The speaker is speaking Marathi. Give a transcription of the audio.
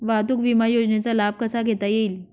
वाहतूक विमा योजनेचा लाभ कसा घेता येईल?